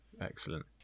Excellent